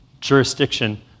jurisdiction